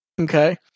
Okay